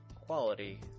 quality